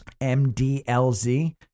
MDLZ